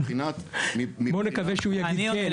מבחינת --- בואו נקווה שהוא יגיד כן.